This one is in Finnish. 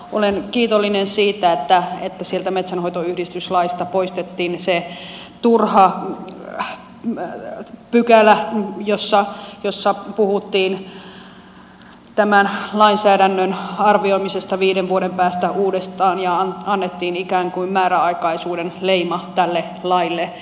olen kiitollinen siitä että sieltä metsänhoitoyhdistyslaista poistettiin se turha pykälä jossa puhuttiin tämän lainsäädännön arvioimisesta viiden vuoden päästä uudestaan ja annettiin ikään kuin määräaikaisuuden leima tälle laille